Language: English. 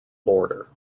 border